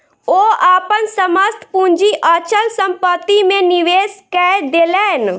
ओ अपन समस्त पूंजी अचल संपत्ति में निवेश कय देलैन